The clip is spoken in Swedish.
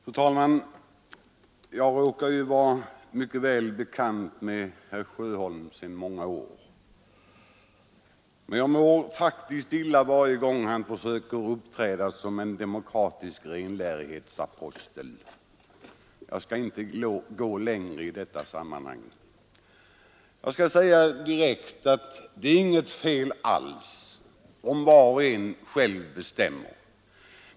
Fru talman! Jag råkar vara mycket väl bekant med herr Sjöholm sedan många år tillbaka. Men jag mår faktiskt illa varje gång han försöker uppträda som en demokratisk renlärighetsapostel. Jag skall inte gå längre i detta sammanhang. Jag vill direkt säga att det är inget fel alls om var och en själv bestämmer.